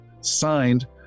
Signed